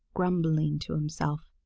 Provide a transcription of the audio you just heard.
grumbling to himself.